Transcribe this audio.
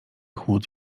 chłód